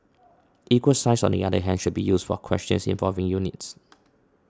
equal signs on the other hand should be used for questions involving units